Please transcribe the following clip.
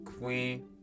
queen